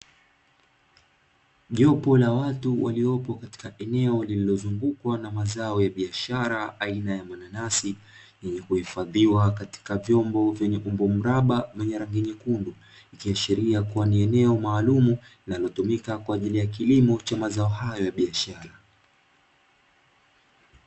Jopo la watu waliopo katika eneo lililozungukwa na mazao ya biashara aina ya mananasi, yenye kuhifadhiwa katika vyombo vya umbo mraba; vyenye rangi nyekundu, ikiashiria kuwa ni eneo maalumu linalotumika kwa ajili ya kilimo cha mazao hayo ya biashara.